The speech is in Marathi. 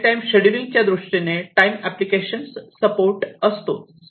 रियल टाईम शेड्युलिंग च्या मदतीने टाईम एप्लीकेशन सपोर्ट असतो